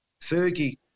Fergie